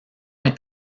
est